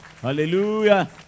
Hallelujah